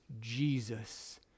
Jesus